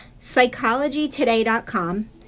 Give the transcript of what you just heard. PsychologyToday.com